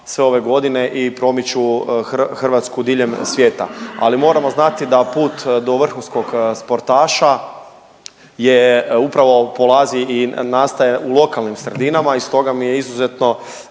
sve ove godine i promiču Hrvatsku diljem svijeta. Ali moramo znati da put do vrhunskog sportaša je upravo polazi i nastaje u lokalnim sredinama i stoga mi je izuzetno